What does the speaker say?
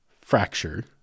fracture